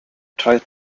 tight